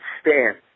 stand